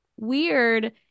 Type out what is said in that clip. weird